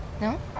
No